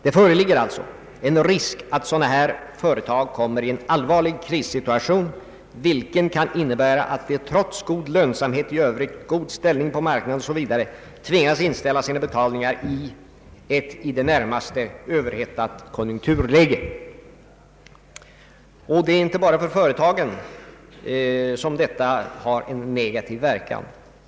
Det föreligger alltså en risk för att sådana företag kommer i en allvarlig krissituation, vilken kan innebära att de trots god lönsamhet i övrigt, god ställning på marknaden o.s.v. tvingas inställa sina betalningar i ett i det närmaste överhettat konjunkturläge. Och det är inte bara för företagen som detta har en negativ verkan.